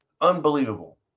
unbelievable